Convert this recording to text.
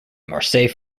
marseilles